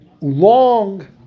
long